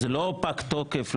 זה לא פג תוקף.